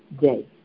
day